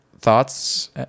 thoughts